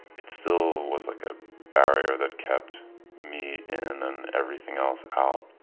it still was like a barrier that kept me in and everything else out.